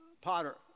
potter